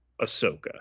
Ahsoka